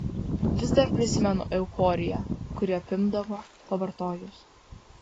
vis dar prisimenu euforiją kuri apimdavo pavartojus